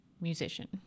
musician